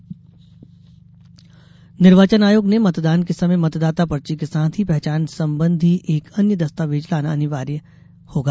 मतदाता पहचान निर्वाचन आयोग ने मतदान के समय मतदाता पर्ची के साथ ही पहचान संबंधी एक अन्य दस्तावेज लाना अनिवार्य होगा